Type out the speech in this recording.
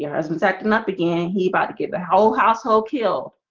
you know asthma's acting up again he bought to give the whole household killed.